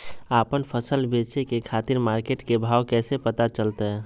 आपन फसल बेचे के खातिर मार्केट के भाव कैसे पता चलतय?